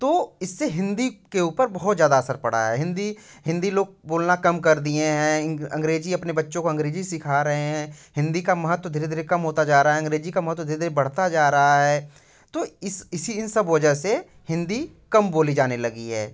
तो इससे हिन्दी के ऊपर बहुत ज़्यादा असर पड़ा है हिन्दी हिन्दी लोग बोलना कम कर दिए हैं अंग्रेजी अपने बच्चों को अंग्रेजी सिखा रहे हैं हिन्दी का महत्त्व धीरे धीरे कम होता जा रहा है अंग्रेजी का महत्त्व धीरे धीरे बढ़ता जा रहा है तो इसी इन सब वजह से हिन्दी कम बोली जाने लगी है